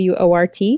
wort